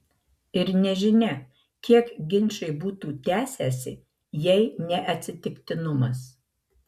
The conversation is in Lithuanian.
ir nežinia kiek ginčai būtų tęsęsi jei ne atsitiktinumas